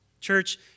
Church